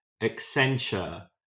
Accenture